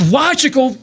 logical